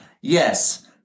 yes